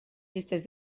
llistes